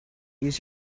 use